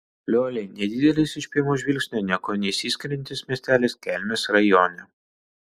lioliai nedidelis iš pirmo žvilgsnio niekuo neišsiskiriantis miestelis kelmės rajone